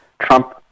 Trump